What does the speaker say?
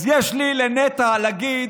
אז לנטע יש לי להגיד